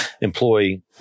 employee